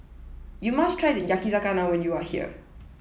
you must try Yakizakana when you are here